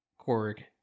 Korg